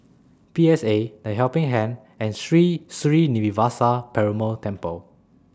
P S A The Helping Hand and Sri Srinivasa Perumal Temple